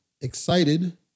excited